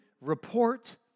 report